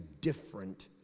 different